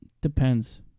Depends